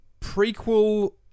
prequel